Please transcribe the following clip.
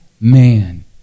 man